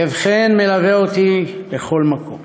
כאבכן מלווה אותי לכל מקום.